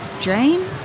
jane